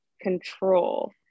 control